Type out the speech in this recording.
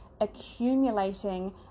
accumulating